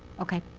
ok,